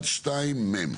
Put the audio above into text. (מ/1612).